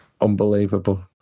Unbelievable